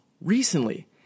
recently